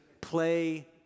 play